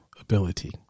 ability